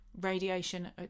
radiation